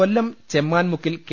കൊല്ലം ചെമ്മാൻമുക്കിൽ കെ